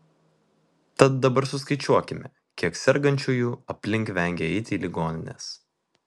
tad dabar suskaičiuokime kiek sergančiųjų aplink vengia eiti į ligonines